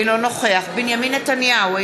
אינו נוכח בנימין נתניהו,